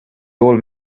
old